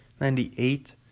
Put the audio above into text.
Ninety-eight